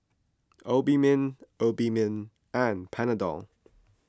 Obimin Obimin and Panadol